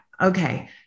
Okay